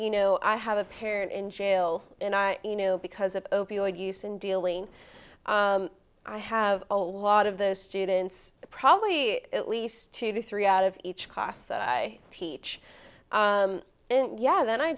you know i have a parent in jail and i you know because of opioid use and dealing i have a lot of those students probably at least two to three out of each class that i teach and yeah then i